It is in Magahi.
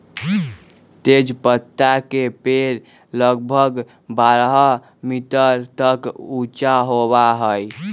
तेजपत्ता के पेड़ लगभग बारह मीटर तक ऊंचा होबा हई